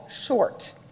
short